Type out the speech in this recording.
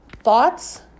Thoughts